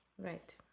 Right